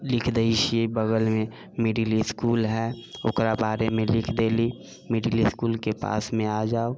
लिख दै छियै बगलमे मिडिल इसकुल है ओकरा बारेमे लिख देली मिडिल इसकुलके पास मे आ जाउ